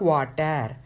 Water